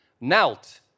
Knelt